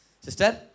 sister